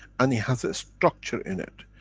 and it has a structure in it.